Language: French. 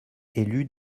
élus